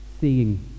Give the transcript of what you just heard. seeing